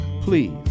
Please